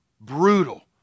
Brutal